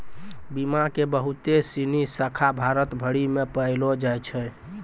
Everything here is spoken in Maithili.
बीमा के बहुते सिनी शाखा भारत भरि मे पायलो जाय छै